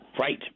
Right